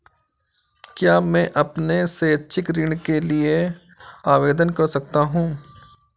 क्या मैं अपने शैक्षिक ऋण के लिए आवेदन कर सकता हूँ?